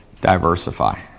diversify